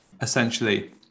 essentially